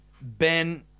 Ben